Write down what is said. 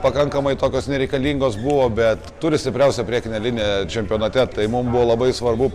pakankamai tokios nereikalingos buvo bet turi stipriausią priekinę liniją čempionate tai mums buvo labai svarbu